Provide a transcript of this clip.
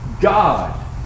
God